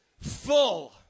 full